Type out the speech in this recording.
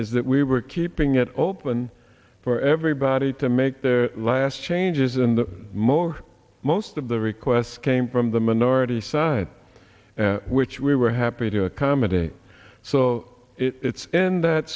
is that we were keeping it open for everybody to make their last changes and the more most of the requests came from the minority side which we were happy to accommodate so it's in that